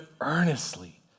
earnestly